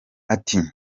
ati